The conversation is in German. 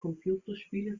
computerspiele